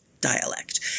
dialect